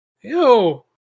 ew